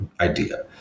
idea